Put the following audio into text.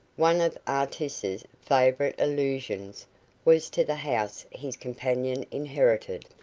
one of artis's favourite allusions was to the house his companion inherited.